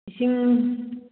ꯏꯁꯤꯡ